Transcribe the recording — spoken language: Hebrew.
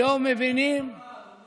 היום מבינים היד הנעלמה,